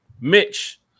Mitch